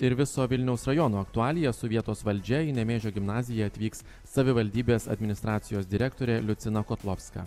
ir viso vilniaus rajono aktualijas su vietos valdžia į nemėžio gimnaziją atvyks savivaldybės administracijos direktorė liucina kotlovska